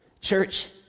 Church